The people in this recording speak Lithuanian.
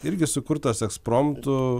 irgi sukurtas ekspromtu